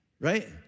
Right